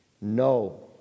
No